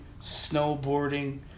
snowboarding